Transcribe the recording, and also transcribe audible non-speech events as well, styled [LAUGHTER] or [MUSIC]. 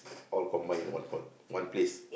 all combine one [NOISE] one place